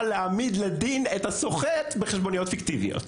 להעמיד לדין את הסוחט בחשבוניות פיקטיביות.